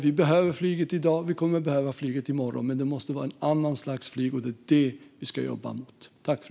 Vi behöver flyget i dag och kommer att behöva flyget i morgon. Men det måste vara ett annat slags flyg, och det är det vi ska jobba för.